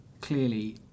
clearly